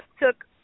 took